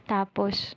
Tapos